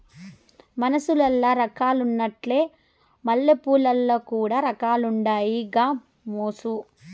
మనుసులల్ల రకాలున్నట్లే మల్లెపూలల్ల కూడా రకాలుండాయి గామోసు